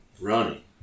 Ronnie